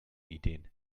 ideen